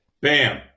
Bam